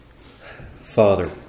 Father